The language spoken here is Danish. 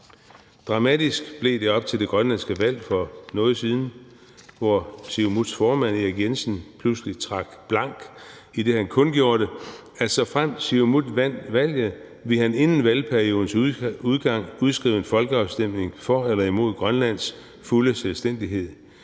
Dramatisk blev det op til det grønlandske valg for noget tid siden, hvor Siumuts formand, Erik Jensen, pludselig trak blank, idet han kundgjorde, at såfremt Siumut vandt valget, ville han inden valgperiodens udgang udskrive en folkeafstemning for eller imod Grønlands fulde selvstændighed;